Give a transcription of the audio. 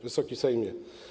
Wysoki Sejmie!